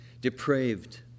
depraved